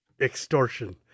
extortion